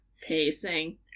Pacing